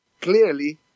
clearly